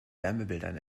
wärmebildern